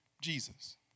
Jesus